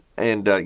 and you